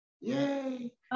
yay